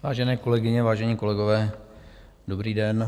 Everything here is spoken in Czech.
Vážené kolegyně, vážení kolegové, dobrý den.